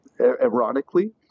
ironically